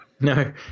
No